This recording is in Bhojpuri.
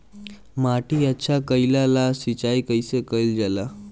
माटी अच्छा कइला ला सिंचाई कइसे कइल जाला?